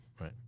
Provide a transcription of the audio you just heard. right